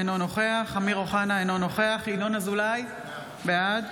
אינו נוכח אמיר אוחנה, אינו נוכח ינון אזולאי, בעד